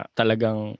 talagang